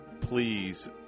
please